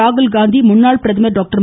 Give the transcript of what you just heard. ராகுல் காந்தி முன்னாள் பிரதமர் டாக்டர்